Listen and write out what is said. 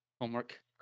homework